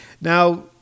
Now